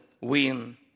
win